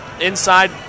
inside